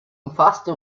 umfasste